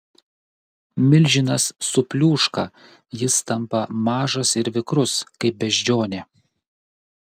milžinas supliūška jis tampa mažas ir vikrus kaip beždžionė